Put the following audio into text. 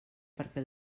perquè